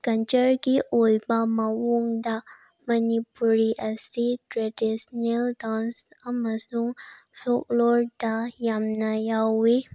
ꯀꯜꯆꯔꯒꯤ ꯑꯣꯏꯕ ꯃꯑꯣꯡꯗ ꯃꯅꯤꯄꯨꯔꯤ ꯑꯁꯤ ꯇ꯭ꯔꯦꯗꯤꯁꯅꯦꯜ ꯗꯥꯟꯁ ꯑꯃꯁꯨꯡ ꯐꯣꯛꯂꯣꯔꯗ ꯌꯥꯝꯅ ꯌꯥꯎꯋꯤ